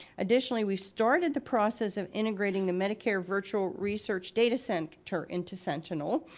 additionally we started the process of integrating the medicare virtual research data center into sentinel.